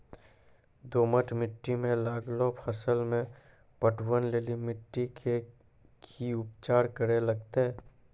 दोमट मिट्टी मे लागलो फसल मे पटवन लेली मिट्टी के की उपचार करे लगते?